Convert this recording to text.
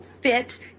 fit